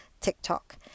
TikTok